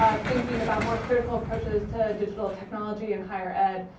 ah thinking about more critical approaches to digital technology and higher ed.